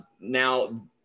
now